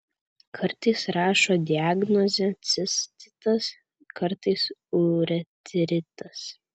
kartais rašo diagnozę cistitas kartais uretritas